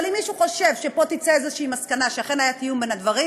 אבל אם מישהו חושב שפה תצא איזו מסקנה שאכן היה תיאום בין הדברים,